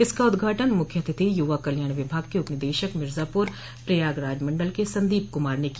इसका उद्घाटन मुख्य अतिथि युवा कल्याण विभाग के उपनिदेशक मिर्जापुर प्रयागराज मंडल के संदोप कुमार ने किया